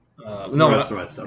No